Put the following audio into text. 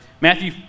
Matthew